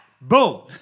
Boom